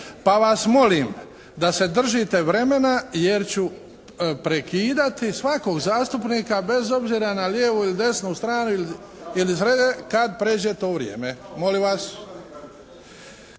pa vas molim da se držite vremena jer ću prekidati svakog zastupnika bez obzira na lijevu ili desnu stranu kad pređe to vrijeme, molim vas.